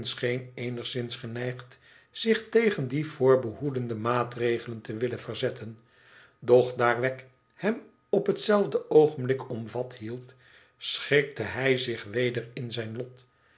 eenigszins geneigd zich tegen die voorbehoedende maatregelen te willen verzetten doch daar wegg hem op hetzelfde oogenblik omvat hield schikte hij zich weder in zijn lot